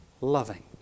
loving